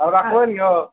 आब राखबय ने